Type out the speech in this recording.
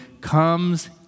comes